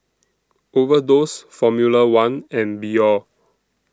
Overdose Formula one and Biore